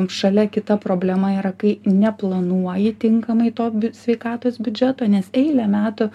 šalia kita problema yra kai neplanuoji tinkamai to bi sveikatos biudžeto nes eilę metų